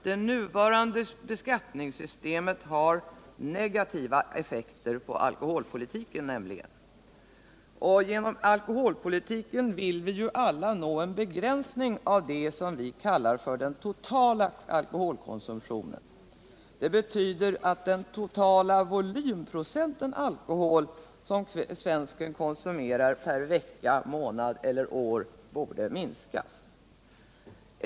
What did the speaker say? Det nuvarande beskattningssystemet har negativa effekter på alkoholpolitiken, och genom denna vill vi alla nå en begränsning av det som vi kallar den totala alkoholkonsumtionen. Det betyder att den totala volymprocent alkohol som svensken konsumerar per vecka, månad eller år borde minskas.